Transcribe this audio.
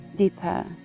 deeper